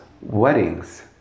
Weddings